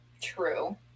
True